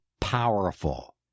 powerful